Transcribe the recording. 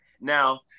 Now